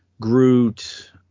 Groot